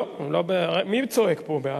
מי צועק פה בעד?